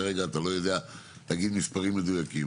כרגע אתה לא יודע להגיד מספרים מדויקים,